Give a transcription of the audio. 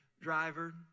driver